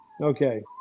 Okay